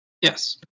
yes